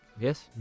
yes